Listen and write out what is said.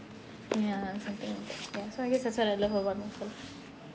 ya something like that ya so I guess that's what I love about myself